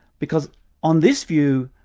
because on this view,